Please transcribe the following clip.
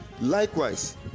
Likewise